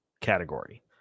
category